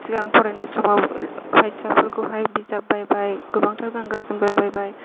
सिगां फरायनाय समाव फैसाफोरखौहाय बिजाब बायबाय गोबांथार गानग्रा जोमग्रा बायबाय